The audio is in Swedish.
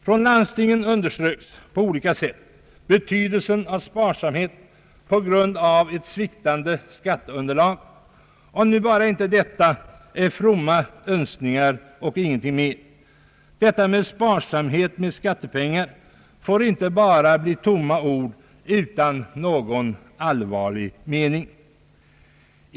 Inom landstingen underströks på olika sätt betydelsen av sparsamhet med hänsyn till ett sviktande skatteunderlag; om nu detta bara inte är fromma önskningar och ingenting mer. Detta med sparsamhet när det gäller skattepengar får inte bara bli tomma ord utan någon allvarlig mening.